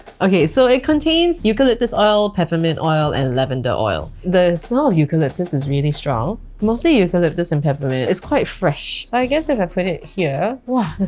okay, so it contains eucalyptus oil, peppermint oil and lavender oil. the smell of eucalyptus is really strong. mostly eucalyptus and peppermint. it's quite fresh. so i guess if i put it here, wow,